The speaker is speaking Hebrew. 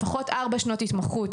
לפחות ארבע שנות התמחות,